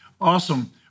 Awesome